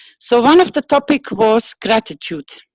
so one of the topic was gratitude.